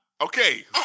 okay